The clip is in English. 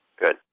good